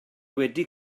wedi